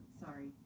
Sorry